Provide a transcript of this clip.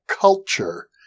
Culture